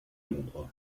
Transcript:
londres